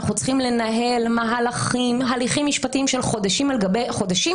אנחנו צריכים לנהל מהלכים והליכים משפטיים של חודשים על גבי חודשים